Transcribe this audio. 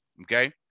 Okay